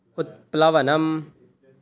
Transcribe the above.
उत्प्लवनम्